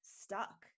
stuck